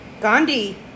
Gandhi